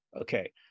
Okay